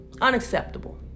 Unacceptable